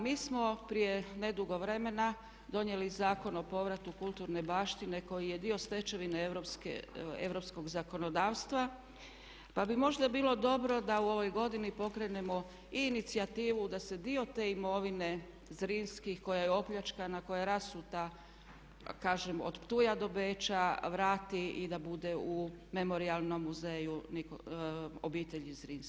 Mi smo prije nedugo vremena donijeli Zakon o povratu kulturne baštine koji je dio stečevine europskog zakonodavstva pa bi možda bilo dobro da u ovoj godini pokrenemo i inicijativu da se dio te imovine Zrinskih koja je opljačkana, koja je rasuta, kažem od Ptuja do Beča, vrati i da bude u Memorijalnom muzeju obitelji Zrinskih.